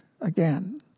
again